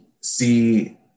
see